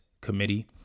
committee